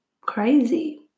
crazy